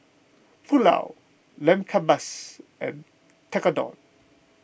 Pulao Lamb Kebabs and Tekkadon